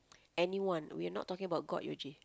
anyone we are not talking about god Yuji